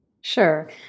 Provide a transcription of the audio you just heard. Sure